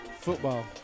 football